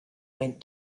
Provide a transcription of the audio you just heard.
went